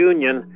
Union